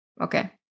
Okay